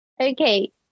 Okay